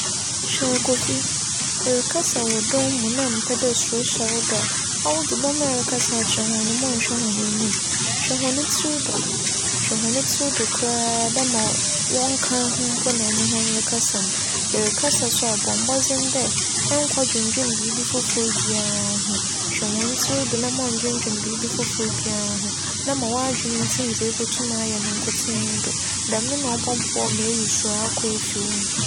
Hwɛ Kofi, erekasa wͻ dͻm mu na emmpɛ dɛ suro hyɛ wo do a, ͻwo dze dͻm a erekasa akyerɛ hͻn no mma nnhwɛ hͻn enyim. Hwɛ hͻn tsir do, hwɛ hͻn tsir do koraa dɛ ma wͻnnka ho mpo na enye hͻn rekasa no. Erekasa so a, bͻ mbͻdzen dɛ nnkͻdwendwen biribi fofor biara ho. Hwɛ hͻn tsir do na mma nndwen biribi fofor biara ho na ma w'adwen ntsim dza ibotum ayɛ nkotsee do. Dɛm na ͻbͻboa ma eyi suro akwa efi wo mu.